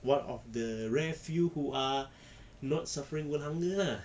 one of the rare few who are not suffering world hunger ah